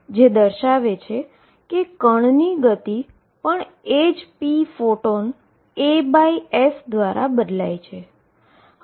જે દર્શાવે છે કે પાર્ટીકલની ગતિ પણ એ જ pphotonaf દ્વારા બદલાય છે